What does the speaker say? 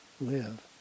live